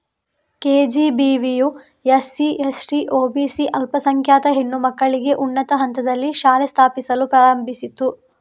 ಕೆ.ಜಿ.ಬಿ.ವಿಯು SC, ST, OBC ಅಲ್ಪಸಂಖ್ಯಾತ ಹೆಣ್ಣು ಮಕ್ಕಳಿಗೆ ಉನ್ನತ ಹಂತದಲ್ಲಿ ಶಾಲೆ ಸ್ಥಾಪಿಸಲು ಪ್ರಾರಂಭಿಸಿತು